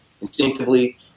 instinctively